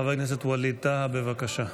חבר הכנסת ווליד טאהא, בבקשה.